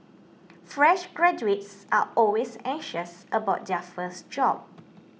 fresh graduates are always anxious about their first job